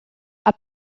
are